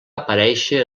aparèixer